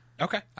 Okay